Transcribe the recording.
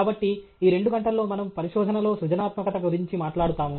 కాబట్టి ఈ రెండు గంటల్లో మనము పరిశోధనలో సృజనాత్మకత గురించి మాట్లాడుతాము